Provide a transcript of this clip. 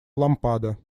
лампада